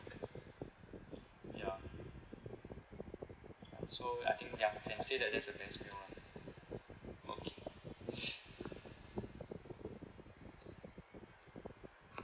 ya so I think ya can say that that's the best meal lah okay